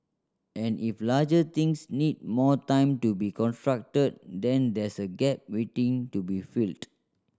and if larger things need more time to be constructed then there's a gap waiting to be filled